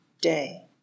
Day